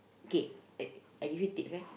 okay I I give you tips eh